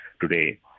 today